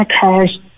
cars